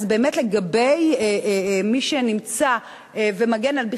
אז באמת לגבי מי שנמצא ומגן על,